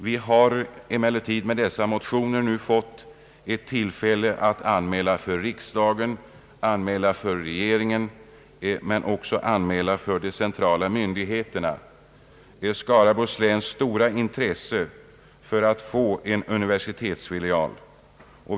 Vi har emellertid med dessa motioner nu fått ett tillfälle att för riksdag och regering men också för de centrala myndigheterna anmäla Skaraborgs läns stora intresse av att få en universitetsfilial.